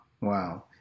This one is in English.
wow